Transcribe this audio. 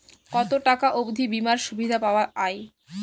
কত টাকা অবধি বিমার সুবিধা পাওয়া য়ায়?